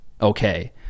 okay